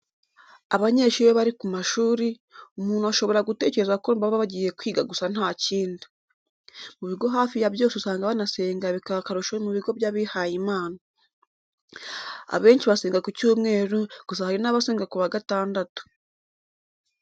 Abanyeshuri iyo bari ku mashuri, umuntu ashobora gutekereza ko baba bagiye kwiga gusa nta kindi. Mu bigo hafi ya byose usanga banasenga bikaba akarusho mu bigo by'abihayimana. Abenshi basenga ku cyumweru, gusa hari n'abasenga ku wa gatandatu.